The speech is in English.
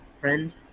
friend